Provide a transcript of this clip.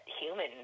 human